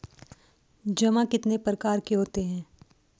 जमा कितने प्रकार के होते हैं?